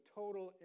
total